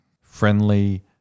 friendly